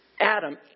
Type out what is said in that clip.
Adam